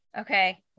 Okay